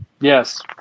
Yes